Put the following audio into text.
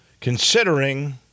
Considering